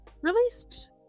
released